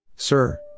Sir